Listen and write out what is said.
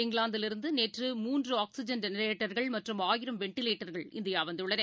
இங்கிலாந்தில் இருந்துநேற்று மூன்று ஆக்ஸிஜன் ஜேனரேட்டர்கள்மற்றும் ஆயிரம் வென்டிலேட்டர்கள் இந்தியாவந்துள்ளன